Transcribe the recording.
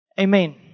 Amen